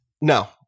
No